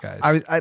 guys